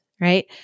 right